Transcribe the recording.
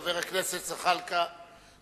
חבר הכנסת זחאלקה,